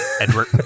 Edward